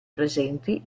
presenti